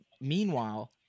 Meanwhile